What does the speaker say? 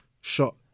shot